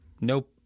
Nope